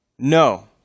No